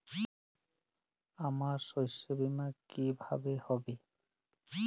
আমার শস্য বীমা কিভাবে হবে?